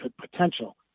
potential